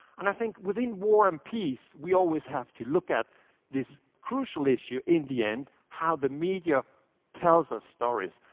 and i think within war and peace, we always have to look at this crucial issue in the end how the media tells us stories.